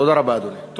תודה רבה, אדוני.